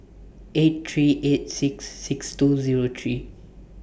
eight three eight six six two three